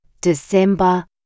December